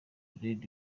red